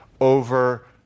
over